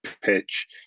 pitch